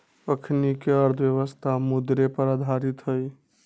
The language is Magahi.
अखनीके अर्थव्यवस्था मुद्रे पर आधारित हइ